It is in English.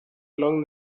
along